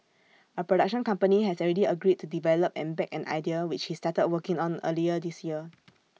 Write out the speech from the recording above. A production company has already agreed to develop and back an idea which he started working on earlier this year